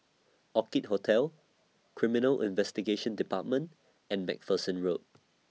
Orchid Hotel Criminal Investigation department and MacPherson Road